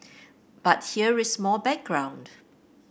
but here more background